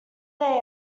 they